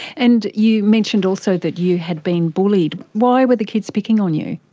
and you mentioned also that you had been bullied. why were the kids picking on you?